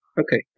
Okay